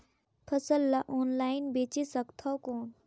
फसल ला ऑनलाइन बेचे सकथव कौन?